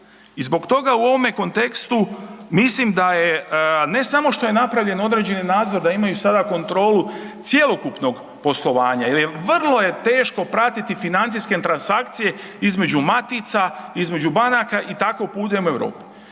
I zbog toga u ovome kontekstu mislim da je ne samo što je napravljen određeni nadzor da imaju sada kontrolu cjelokupnog poslovanja jel vrlo je teško pratiti financijske transakcije između matica, između banaka i tako … jel